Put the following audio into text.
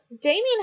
Damien